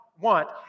want